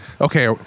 Okay